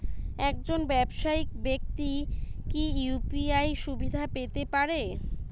একজন ব্যাবসায়িক ব্যাক্তি কি ইউ.পি.আই সুবিধা পেতে পারে?